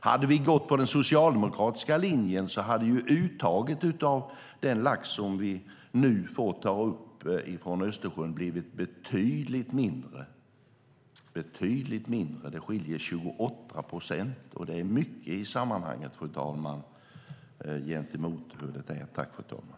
Hade vi gått på den socialdemokratiska linjen skulle uttaget av den lax som vi nu får ta upp från Östersjön blivit betydligt mindre. Det skiljer 28 procent, och det är mycket i sammanhanget, fru talman.